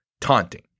taunting